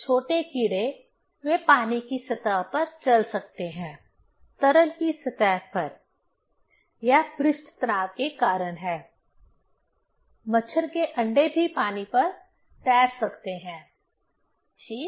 छोटे कीड़े वे पानी की सतह पर चल सकते हैं तरल की सतह पर यह पृष्ठ तनाव के कारण है मच्छर के अंडे भी पानी पर तैर सकते हैं ठीक